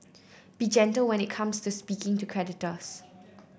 be gentle when it comes to speaking to creditors